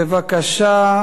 בבקשה,